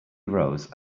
arose